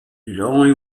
only